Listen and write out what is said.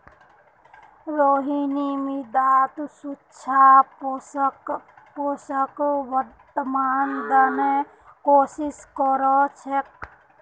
रोहिणी मृदात सूक्ष्म पोषकक बढ़व्वार त न कोशिश क र छेक